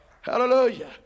hallelujah